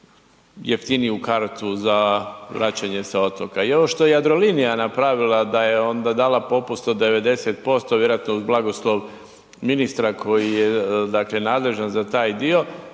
jeftiniju kartu za vraćanje sa otoka i ono što je Jadrolinija napravila da je onda dala popust od 90% vjerojatno uz blagoslov ministra koji je nadležan za taj dio